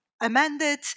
amended